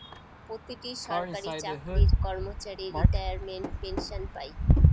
প্রতিটি সরকারি চাকরির কর্মচারী রিটায়ারমেন্ট পেনসন পাই